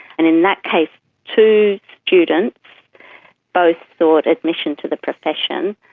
and in that case two students both sought admission to the profession,